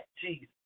Jesus